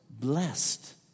blessed